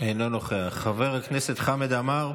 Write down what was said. אינו נוכח, חבר הכנסת חמד עמאר,